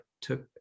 took